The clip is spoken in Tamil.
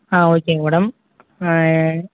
ஆ ஓகேங்க மேடம்